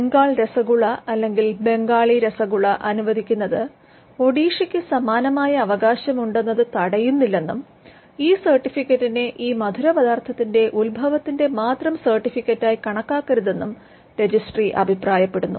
ബംഗാൾ രസഗുള അല്ലെങ്കിൽ ബംഗാളി രസഗുള അനുവദിക്കുന്നത് ഒഡീഷയ്ക്ക് സമാനമായ അവകാശമുണ്ടെന്നത് തടയുന്നില്ലെന്നും ഈ സർട്ടിഫിക്കറ്റിനെ ഈ മധുരപദാർത്തിന്റെ ഉത്ഭവത്തിന്റെ മാത്രം സർട്ടിഫിക്കറ്റായി കണക്കാക്കരുതെന്നും രജിസ്ട്രി അഭിപ്രായപ്പെടുന്നു